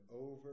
over